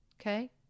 okay